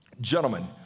Gentlemen